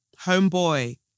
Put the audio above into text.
homeboy